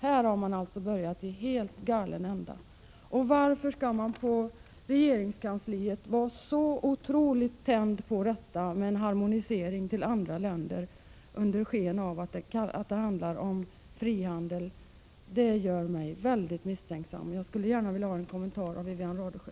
Här har man alltså börjat i helt galen ända. Varför skall man på regeringskansliet vara så otroligt tänd på en harmonisering till andra länder under sken av att det handlar om frihandel? Det gör mig väldigt misstänksam. Jag skulle gärna vilja ha en kommentar av Wivi-Anne Radesjö.